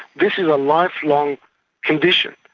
this is a lifelong condition.